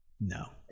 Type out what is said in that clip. no